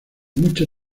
mucho